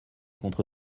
contre